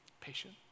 patient